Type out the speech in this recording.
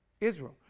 Israel